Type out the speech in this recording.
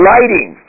Lighting